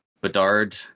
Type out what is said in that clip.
Bedard